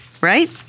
right